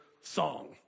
song